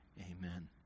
amen